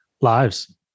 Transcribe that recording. lives